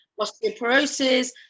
osteoporosis